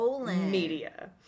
media